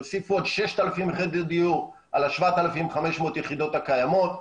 יוסיפו עוד 6,000 יחידות דיור על ה-7,500 יחידות הקיימות,